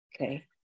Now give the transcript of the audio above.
okay